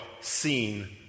seen